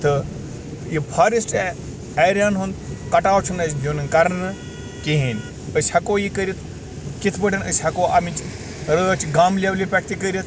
تہٕ یہِ فاریٚسٹہٕ ایریا ہن ہُنٛد کَٹاو چھُنہٕ اسہِ دیٛن کرنہٕ کِہیٖنۍ أسۍ ہیٚکو یہِ کٔرِتھ کِتھ پٲٹھۍ أسۍ ہیٚکو امچ رٲچھ گامہٕ لیولہِ پٮ۪ٹھ تہِ کٔرِتھ